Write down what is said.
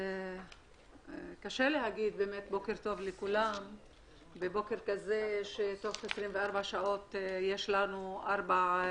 קשה להגיד בוקר טוב לכולם בבוקר כזה שתוך 24 שעות יש ארבעה